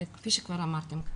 כפי שכבר אמרתם,